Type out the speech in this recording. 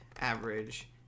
average